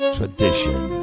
tradition